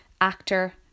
actor